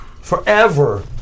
forever